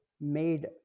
made